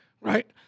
Right